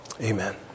Amen